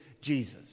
jesus